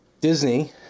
Disney